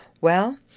Well